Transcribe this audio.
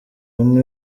umwe